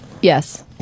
Yes